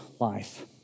life